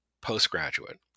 postgraduate